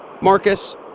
Marcus